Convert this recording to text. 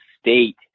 state